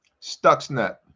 Stuxnet